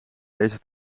deze